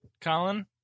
Colin